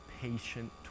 patient